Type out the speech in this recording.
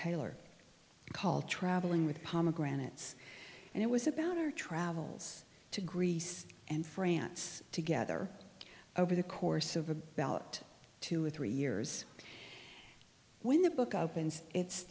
taylor called traveling with pomegranates and it was about our travels to greece and france together over the course of about two or three years when the book opens it's